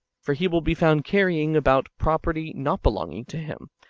for he will be found carrying about property not belonging to him,